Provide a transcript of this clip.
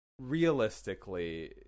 Realistically